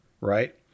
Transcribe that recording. Right